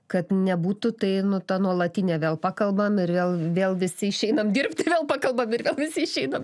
kad nebūtų tai nu ta nuolatinė vėl pakalbam ir vėl vėl visi išeinam dirbt ir vėl pakalbam ir vėl visi išeinam